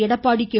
Edappadi K